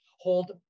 hold